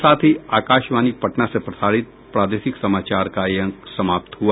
इसके साथ ही आकाशवाणी पटना से प्रसारित प्रादेशिक समाचार का ये अंक समाप्त हुआ